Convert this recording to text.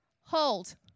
hold